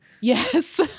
yes